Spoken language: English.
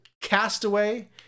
castaway